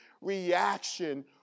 reaction